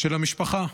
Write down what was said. של המשפחה.